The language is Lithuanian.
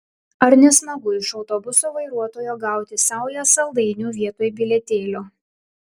ar ne smagu iš autobuso vairuotojo gauti saują saldainių vietoj bilietėlio